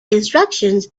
instructions